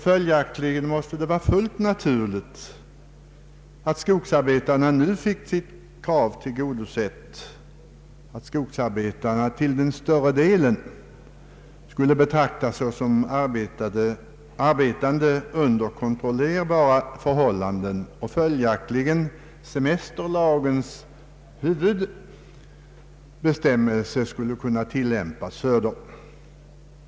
Följaktligen måste det vara fullt naturligt att skogsarbetarna nu har fått sitt krav tillgodosett i den nya arbetstidslagen, dvs. att de flesta av dem skall betraktas som arbetande under kontrollerbara förhållanden och att följaktligen semesterlagens huvudbestämmelse skall kunna tillämpas för dem.